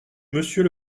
monsieur